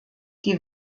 die